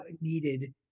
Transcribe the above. needed